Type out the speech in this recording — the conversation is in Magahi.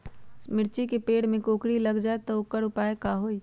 मिर्ची के पेड़ में कोकरी लग जाये त वोकर उपाय का होई?